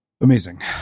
Amazing